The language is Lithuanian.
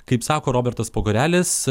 kaip sako robertas pogorelis